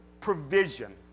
provision